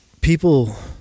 people